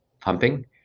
pumping